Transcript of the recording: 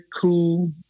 cool